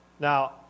Now